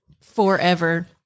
Forever